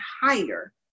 higher